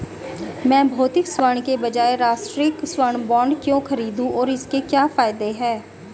मैं भौतिक स्वर्ण के बजाय राष्ट्रिक स्वर्ण बॉन्ड क्यों खरीदूं और इसके क्या फायदे हैं?